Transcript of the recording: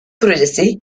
projesi